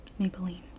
Maybelline